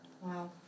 wow